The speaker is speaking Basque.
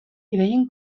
ideien